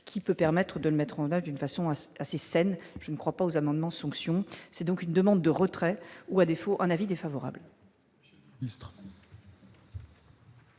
qui peut permettre de mettre en date d'une façon assez assez saine, je ne crois pas aux amendements sanction, c'est donc une demande de retrait ou à défaut un avis défavorable.